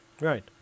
Right